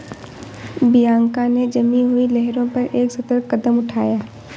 Bianca ने जमी हुई लहरों पर एक सतर्क कदम उठाया